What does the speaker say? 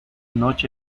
noche